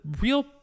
real